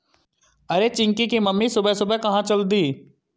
अरे चिंकी की मम्मी सुबह सुबह कहां चल दी?